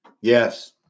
Yes